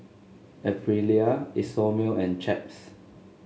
Aprilia Isomil and Chaps